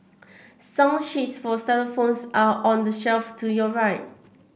song sheets for xylophones are on the shelf to your right